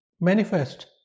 manifest